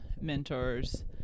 mentors